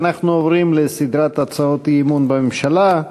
אנחנו עוברים לסדרת הצעות אי-אמון בממשלה.